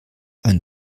ein